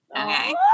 okay